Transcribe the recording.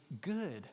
good